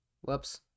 Whoops